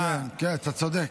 כן, אתה צודק.